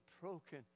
broken